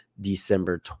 December